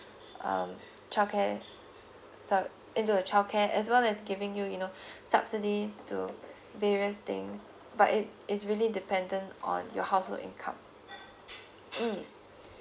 um childcare so into the childcare as well as giving you you know subsidies to various things but it it's really dependent on your household income mm